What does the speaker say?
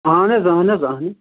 اہن حظ اہن حظ اہن